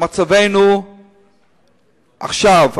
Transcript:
מצבנו עכשיו,